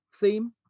theme